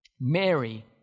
Mary